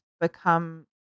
become